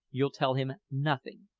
you'll tell him nothing,